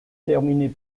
terminées